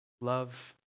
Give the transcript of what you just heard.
Love